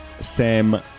Sam